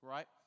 Right